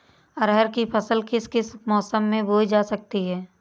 अरहर की फसल किस किस मौसम में बोई जा सकती है?